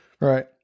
Right